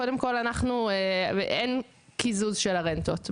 קודם כל, אין קיזוז של הרנטות.